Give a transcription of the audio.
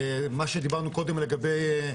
מה שדיברנו קודם לגבי,